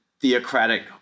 theocratic